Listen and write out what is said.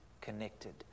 connected